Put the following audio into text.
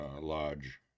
Lodge